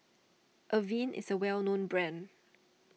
Avene is a well known brand